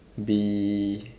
be